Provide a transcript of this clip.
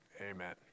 amen